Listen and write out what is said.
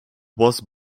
was